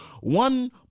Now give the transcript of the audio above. One